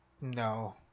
No